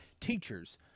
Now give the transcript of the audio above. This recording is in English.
Teachers